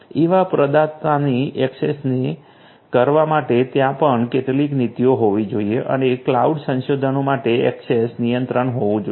સેવા પ્રદાતાની ઍક્સેસને મર્યાદિત કરવા માટે ત્યાં પણ કેટલીક નીતિઓ હોવી જોઇએ અને ક્લાઉડ સંસાધનો માટે ઍક્સેસ નિયંત્રણ હોવું જોઈએ